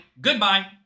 Goodbye